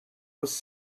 was